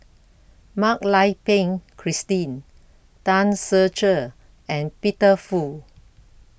Mak Lai Peng Christine Tan Ser Cher and Peter Fu